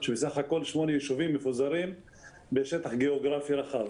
שבסך שמונה יישובים מפוזרים בשטח גיאוגרפי רחב.